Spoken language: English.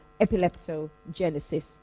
epileptogenesis